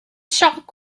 shock